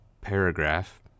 paragraph